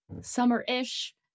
summer-ish